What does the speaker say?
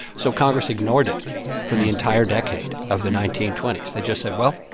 so congress ignored it for the entire decade of the nineteen twenty s. they just said, well,